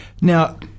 Now